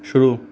शुरू